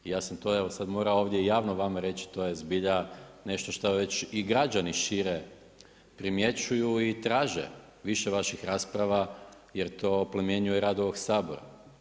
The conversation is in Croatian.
I ja sam to evo sad morao i javno vama reći, to je zbilja nešto što već i građani šire primjećuju i traže više vaših rasprava jer to oplemenjuje rad ovog Sabora.